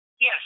Yes